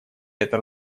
это